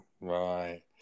Right